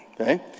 okay